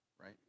right